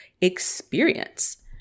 experience